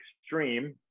extreme